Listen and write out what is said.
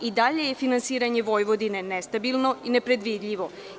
I dalje je finansiranje Vojvodine nestabilno i nepredvidivo.